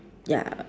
ya